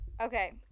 Okay